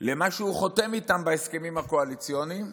למה שהוא חותם איתם בהסכמים הקואליציוניים.